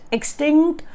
Extinct